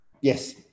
yes